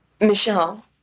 Michelle